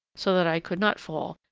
so that i could not fall,